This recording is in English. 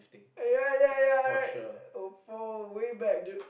yea yea yea right oh for way back dude